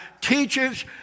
teaches